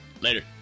Later